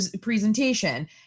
presentation